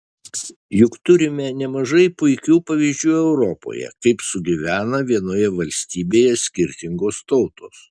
juk turime nemažai puikių pavyzdžių europoje kaip sugyvena vienoje valstybėje skirtingos tautos